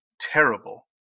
terrible